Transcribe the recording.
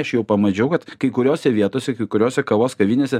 aš jau pamačiau kad kai kuriose vietose kai kuriose kavos kavinėse